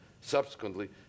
subsequently